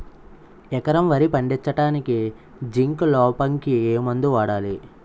ఎకరం వరి పండించటానికి జింక్ లోపంకి ఏ మందు వాడాలి?